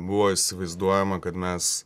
buvo įsivaizduojama kad mes